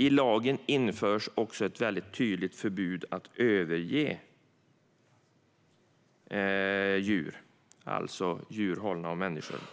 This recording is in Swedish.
I lagen införs också ett tydligt förbud mot att överge djur, i huvudsak katter, som hålls av människor.